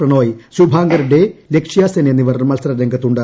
പ്രണോയ് ശുഭാങ്കർ ഡേ ലക്ഷ്യാസെൻ എന്നിവർ മത്സ്ട്ര്ംഗത്തുണ്ട്